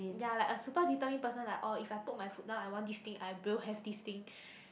ya like a super determined person like orh if I put my foot down I want this thing I will have this thing